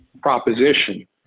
proposition